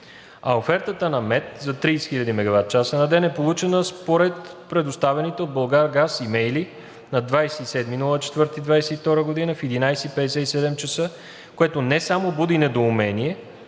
А офертата на МЕТ за 30 000 мегаватчаса на ден е получена според предоставените от „Булгаргаз“ имейли на 27 април 2022 г. в 11,57 ч., което не само буди недоумение,